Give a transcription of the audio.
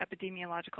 epidemiological